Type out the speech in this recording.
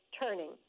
turning